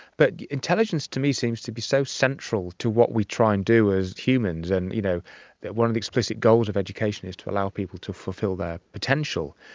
but intelligence to me seems to be so central to what we try and do as humans. and you know one of the explicit goals of education is to allow people to fulfil their potential,